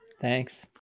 thanks